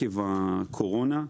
עקב הקורונה.